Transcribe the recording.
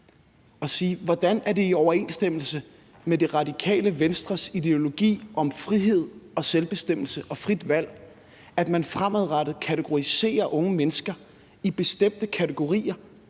hvordan det er i overensstemmelse med Radikale Venstres ideologi om frihed, selvbestemmelse og frit valg, at man fremadrettet kategoriserer unge mennesker efter, hvor